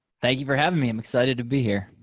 thank you for having me. i'm excited to be here.